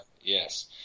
yes